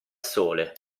sole